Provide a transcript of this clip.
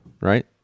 right